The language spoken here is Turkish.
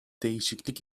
değişiklik